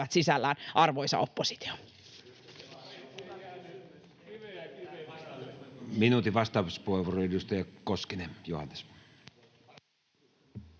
sisällään, arvoisa oppositio?